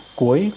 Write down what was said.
cuối